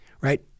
right